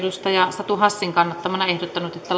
satu hassin kannattamana ehdottanut että